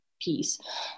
piece